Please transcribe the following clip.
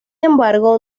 embargo